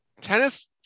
tennis